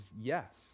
yes